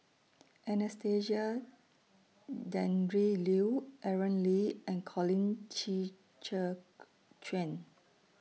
Anastasia Tjendri Liew Aaron Lee and Colin Qi Zhe Quan